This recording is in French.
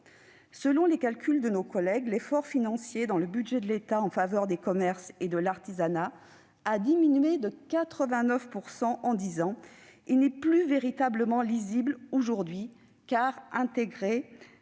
Selon les calculs de nos collègues, l'effort financier de l'État en faveur des commerces et de l'artisanat a diminué de 89 % en dix ans. Il n'est plus véritablement lisible aujourd'hui, car il